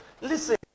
Listen